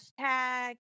hashtag